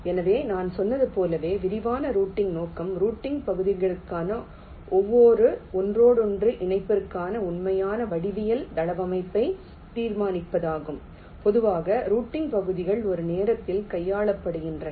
எனவே நான் சொன்னது போலவே விரிவான ரூட்டிங் நோக்கம் ரூட்டிங் பகுதிகளுக்கான ஒவ்வொரு ஒன்றோடொன்று இணைப்பிற்கான உண்மையான வடிவியல் தளவமைப்பை தீர்மானிப்பதாகும் பொதுவாக ரூட்டிங் பகுதிகள் ஒரு நேரத்தில் கையாளப்படுகின்றன